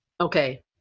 okay